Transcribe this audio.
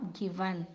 given